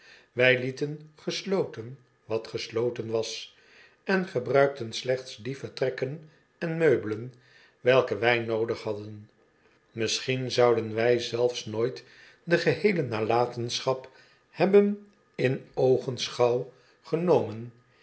w lieten gesloten wat gesloten was en gebruikten slechts die vertrekken en meubelen welke wy noodig hadden misschien zouden wy zelfs nooit de geheelenalatenschap hebben in oogenschouw genomen